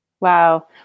Wow